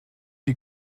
die